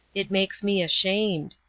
it makes me ashamed.